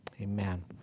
Amen